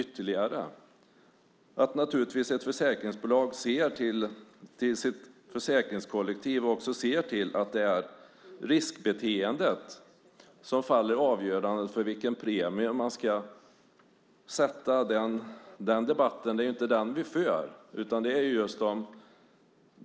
Ett försäkringsbolag ska naturligtvis se till sitt försäkringskollektiv. Det ska vara riskbeteendet som fäller avgörandet för vilken premie man ska sätta. Det är inte den debatten vi för.